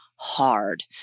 Hard